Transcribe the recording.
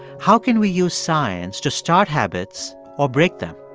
how can we use science to start habits or break them?